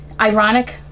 ironic